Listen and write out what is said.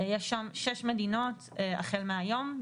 ויש שם שש מדינות החל מהיום.